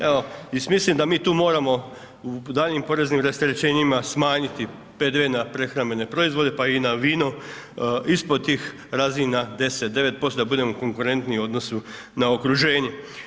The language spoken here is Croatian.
Evo, i mislim da mi tu moramo u daljnjim poreznim rasterećenjima smanjiti PDV na prehrambene proizvode, pa i na vino, ispod tih razina 10-9% da budemo konkurentniji u odnosu na okruženje.